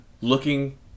looking